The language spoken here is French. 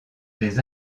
des